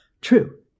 true